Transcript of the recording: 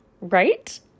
right